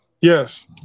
Yes